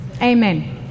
Amen